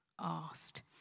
asked